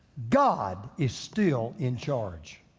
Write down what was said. god is still in charge.